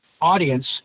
audience